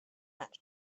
that